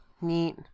neat